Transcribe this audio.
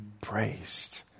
praised